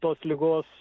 tos ligos